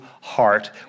heart